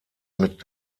mit